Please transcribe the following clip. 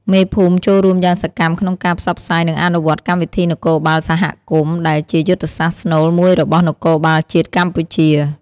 មេភូមិចូលរួមយ៉ាងសកម្មក្នុងការផ្សព្វផ្សាយ និងអនុវត្តកម្មវិធីនគរបាលសហគមន៍ ដែលជាយុទ្ធសាស្ត្រស្នូលមួយរបស់នគរបាលជាតិកម្ពុជា។